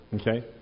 Okay